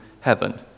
heaven